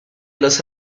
los